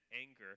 anger